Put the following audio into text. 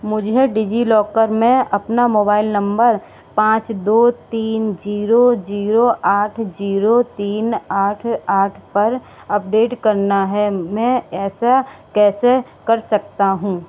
मुझे डिजिलॉकर में अपना मोबाइल नम्बर पाँच दो तीन जीरो जीरो आठ जीरो तीन आठ आठ पर अपडेट करना है मैं ऐसा कैसे कर सकता हूँ